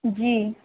जी